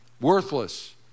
Worthless